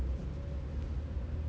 mustard